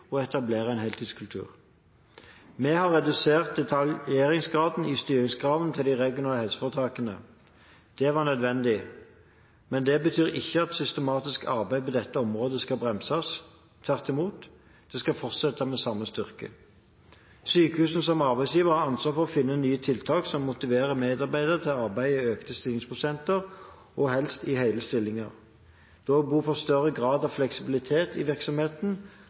og etablere en heltidskultur. Vi har redusert detaljeringsgraden i styringskravene til de regionale helseforetakene. Det var nødvendig, men det betyr ikke at det systematiske arbeidet på dette området skal bremses. Tvert imot – det skal fortsette med samme styrke. Sykehusene som arbeidsgivere har ansvar for å finne nye tiltak som motiverer medarbeidere til å arbeide i økte stillingsprosenter, og helst i hele stillinger. Det er også behov for større grad av fleksibilitet i